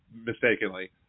mistakenly